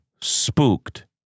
spooked